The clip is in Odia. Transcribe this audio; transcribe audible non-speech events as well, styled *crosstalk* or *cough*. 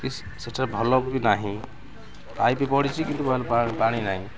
କି ସେଠାରେ *unintelligible* ବି ନାହିଁ ପାଇପ୍ ପଡ଼ିଛି କିନ୍ତୁ ପାଣି ନାହିଁ